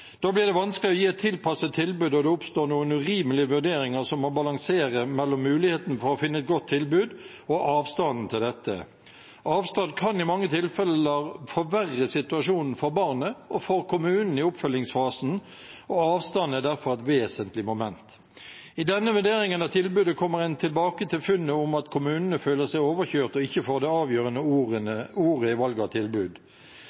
Da blir det vanskelig å gi et tilpasset tilbud, og det oppstår noen urimelige vurderinger som må balansere mellom muligheten for å finne et godt tilbud og avstanden til dette. Avstand kan i mange tilfeller forverre situasjonen for barnet, og for kommunen i oppfølgingsfasen, og avstand er derfor et vesentlig moment. I denne vurderingen av tilbudet kommer en tilbake til funnet om at kommunene føler seg overkjørt og ikke får det avgjørende